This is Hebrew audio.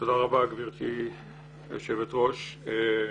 תודה רבה גברתי היושבת ראש.